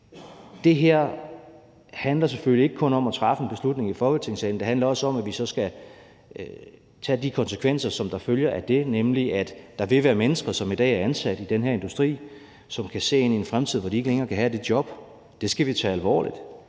at det her selvfølgelig ikke kun handler om at træffe en beslutning i Folketingssalen. Det handler også om, at vi så skal tage de konsekvenser, som der følger af det, nemlig at der vil være mennesker, som i dag er ansat i den her industri, og som kan se ind i en fremtid, hvor de ikke længere kan have det job. Det skal vi tage alvorligt.